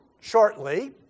shortly